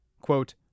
Quote